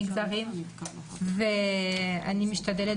אני משתדלת,